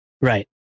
Right